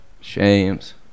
shames